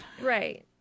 Right